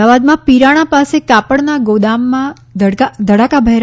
અમદાવાદમાં પીરાણા પાસે કાપડના ગોદામમાં ધડાકાભેર